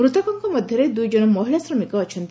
ମୃତକଙ୍କ ମଧ୍ଧରେ ଦୁଇଜଣ ମହିଳା ଶ୍ରମିକ ଅଛନ୍ତି